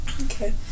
Okay